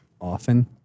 often